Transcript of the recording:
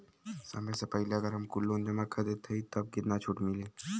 समय से पहिले अगर हम कुल लोन जमा कर देत हई तब कितना छूट मिली?